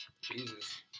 Jesus